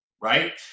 right